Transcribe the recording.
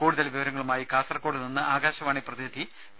കൂടുതൽ വിവരങ്ങളുമായി കാസർകോടുനിന്നും ആകാശവാണി പ്രതിനിധി പി